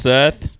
Seth